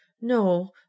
no